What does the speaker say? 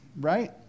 Right